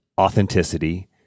authenticity